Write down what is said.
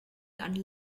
and